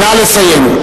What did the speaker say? נא לסיים.